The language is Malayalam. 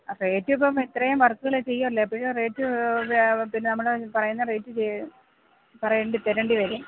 അപ്പം റേറ്റ് ഇപ്പോൾ ഇത്രയും വർക്കുകൾ ചെയ്യുകയല്ലേ അപ്പോൾ റേറ്റ് പിന്നെ നമ്മൾ പറയുന്ന റേറ്റ് ചെയ്യ് പറയേണ്ടി തരേണ്ടി വരും